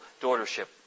daughtership